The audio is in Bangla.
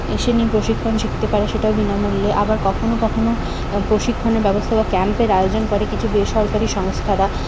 এসে নিয়ে প্রশিক্ষণ শিখতে পারে সেটাও বিনামূল্যে আবার কখনও কখনও প্রশিক্ষণের ব্যবস্থা বা ক্যাম্পের আয়োজন করে কিছু বেসরকারি সংস্থারা